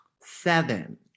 seven